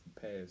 past